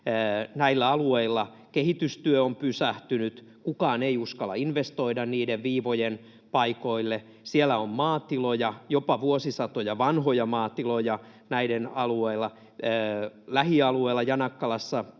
näillä alueilla kehitystyö on pysähtynyt, kukaan ei uskalla investoida niiden viivojen paikoille. Siellä on maatiloja, jopa vuosisatoja vanhoja maatiloja, näiden alueilla, lähialueella Janakkalassa